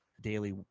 daily